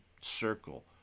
circle